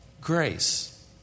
grace